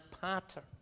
pattern